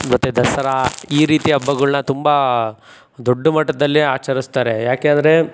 ಮತ್ತು ದಸರಾ ಈ ರೀತಿ ಹಬ್ಬಗಳ್ನ ತುಂಬ ದೊಡ್ಡ ಮಟ್ಟದಲ್ಲಿ ಆಚರಿಸ್ತಾರೆ ಯಾಕೆಂದರೆ